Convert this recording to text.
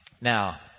Now